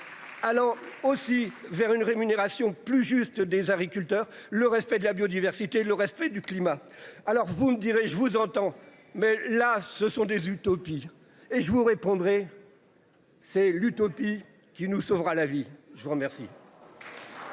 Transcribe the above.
Allant aussi vers une rémunération plus juste des agriculteurs. Le respect de la biodiversité, le respect du climat. Alors vous me direz, je vous entends mais là ce sont des utopies et je vous répondrez. C'est l'utopie qui nous sauvera la vie. Je vous remercie.